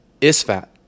Isfat